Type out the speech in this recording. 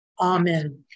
Amen